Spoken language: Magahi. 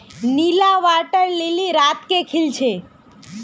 नीला वाटर लिली रात के खिल छे